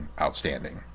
outstanding